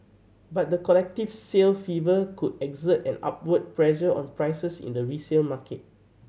but the collective sale fever could exert an upward pressure on prices in the resale market